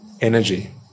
energy